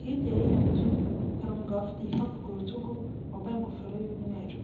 hirya y'iyo nzu hari umugabo ufite igikapu ku rutugu wambaye ingofero y'umweru.